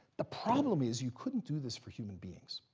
the problem is you couldn't do this for human beings.